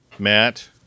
Matt